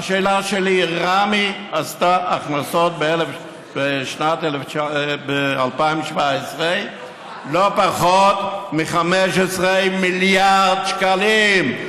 השאלה שלי: רמ"י עשתה בהכנסות בשנת 2017 לא פחות מ-15 מיליארד שקלים.